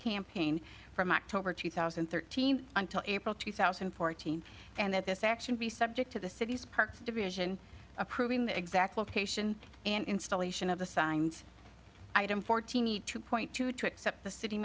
campaign from october two thousand and thirteen until april two thousand and fourteen and that this action be subject to the city's parks division approving the exact location and installation of the signed item fourteen need two point two two except the city